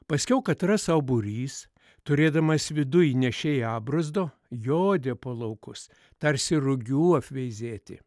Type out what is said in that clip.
paskiau katras sau būrys turėdamas viduj nešėją abrozdo jodė po laukus tarsi rugių apveizėti